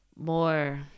more